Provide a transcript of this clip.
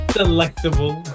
delectable